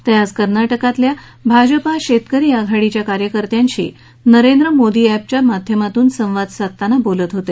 ते आज कर्नाटकातल्या भाजपा शेतकरी आघाडीच्या कार्यकर्त्याशी नरेंद्र मोदी ऍप च्या माध्यमातून संवाद साधताना बोलत होते